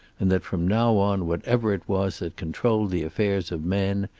and that from now on whatever it was that controlled the affairs of men,